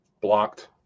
Blocked